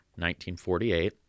1948